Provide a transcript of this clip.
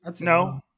No